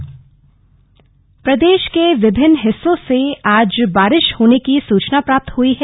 मौसम प्रदेश के विभिन्न हिस्सों से आज बारिश होने की सूचना प्राप्त हुई है